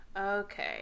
Okay